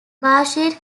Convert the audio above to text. bashir